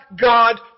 God